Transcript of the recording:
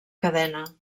cadena